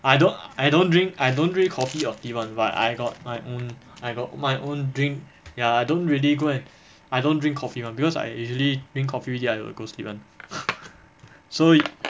I don't I don't drink I don't drink coffee or tea [one] but I got my own I got my own drink ya I don't really go and I don't drink coffee [one] because I usually drink coffee then I will go sleep [one] so